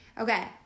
Okay